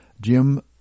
Jim